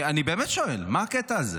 אני באמת שואל, מה הקטע הזה?